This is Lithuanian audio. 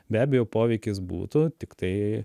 be abejo poveikis būtų tiktai